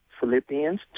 Philippians